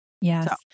Yes